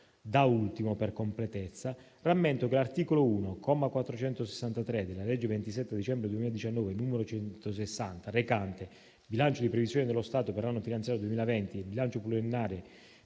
Da ultimo, per completezza, rammento che l'articolo 1, comma 463, della legge 27 dicembre 2019, n. 160, recante bilancio di previsione dello Stato per l'anno finanziario 2020 e bilancio pluriennale